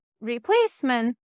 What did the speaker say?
replacement